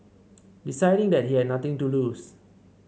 deciding that he had nothing to lose